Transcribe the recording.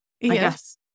yes